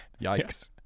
yikes